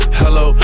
hello